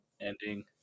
ending